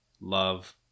love